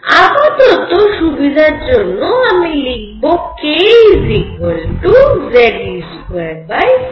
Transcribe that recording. আপাতত সুবিধার জন্য আমি লিখব kZe24π0